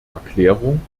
erklärung